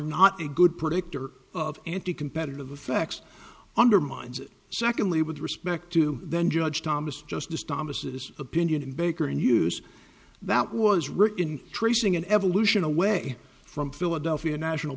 not a good predictor of anticompetitive the facts undermines secondly with respect to then judge thomas justice thomas opinion in baker and use that was written tracing an evolution away from philadelphia national